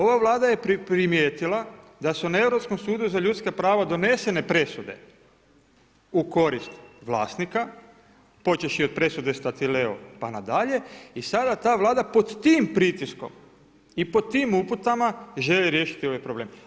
Ova Vlada je primijetila da su na europskom sudu za ljudska prava donesene presude u korist vlasnika, počevši od presude Statileo pa na dalje i sada ta Vlada pod tim pritiskom i pod tim uputama želi riješiti ovaj problem.